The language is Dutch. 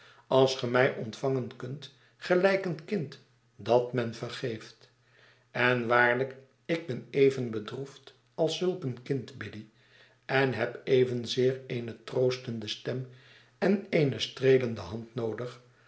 teleurstellingen alsge mij ontvangen kunt gelijk een kind dat men vergeefb en waarlijk ik ben even bedroefd als zulk een kind biddy en heb evenzeer eene troostende stem en eene streelende hand noodig